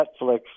Netflix